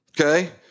Okay